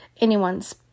anyone's